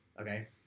okay